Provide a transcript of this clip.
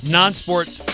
non-sports